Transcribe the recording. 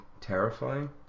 terrifying